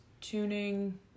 tuning